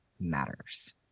matters